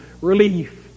relief